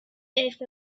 earth